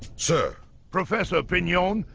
sir professor pinion,